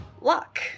Luck